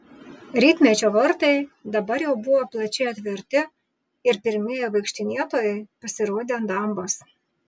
rytmečio vartai dabar jau buvo plačiai atverti ir pirmieji vaikštinėtojai pasirodė ant dambos